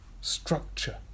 structure